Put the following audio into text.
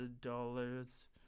dollars